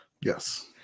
Yes